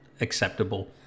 acceptable